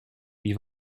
die